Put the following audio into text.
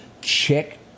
Check